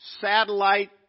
satellite